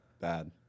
bad